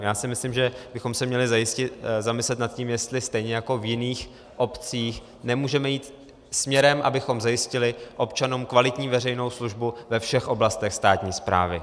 Já si myslím, že bychom se měli zamyslet nad tím, jestli stejně jako v jiných obcích nemůžeme jít směrem, abychom zajistili občanům kvalitní veřejnou službu ve všech oblastech státní správy.